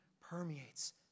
permeates